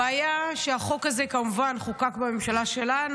הבעיה שהחוק הזה כמובן חוקק בממשלה שלנו,